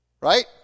Right